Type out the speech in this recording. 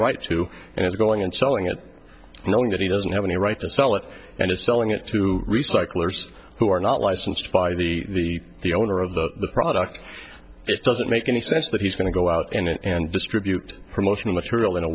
right to and is going and selling it knowing that he doesn't have any right to sell it and is selling it to recyclers who are not licensed by the the owner of the product it doesn't make any sense that he's going to go out and distribute promotional material in a